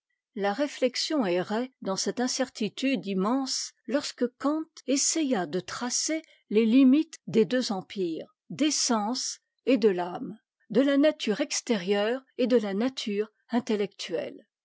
la réflexion érrait dans cette incertitude immense lorsque kant essaya de tracer les limites des deux empires des sens et de l'âme de la nature extérieure et de la nature intellectuelle